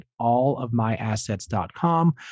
allofmyassets.com